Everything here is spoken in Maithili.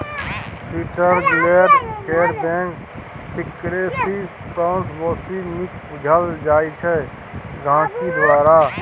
स्विटजरलैंड केर बैंक सिकरेसी सबसँ बेसी नीक बुझल जाइ छै गांहिकी द्वारा